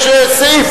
יש סעיף,